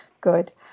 Good